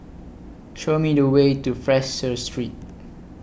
Show Me The Way to Fraser Street